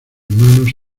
manos